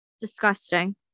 Disgusting